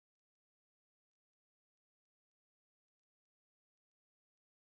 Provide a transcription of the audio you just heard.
!huh! two carrots my one the girl is eating two carrots